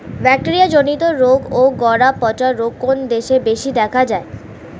Bacteria জনিত রোগ ও গোড়া পচা রোগ কোন দেশে বেশি দেখা যায়?